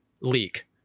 leak